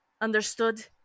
Understood